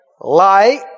Light